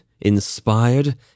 inspired